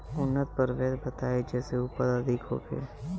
उन्नत प्रभेद बताई जेसे उपज अधिक होखे?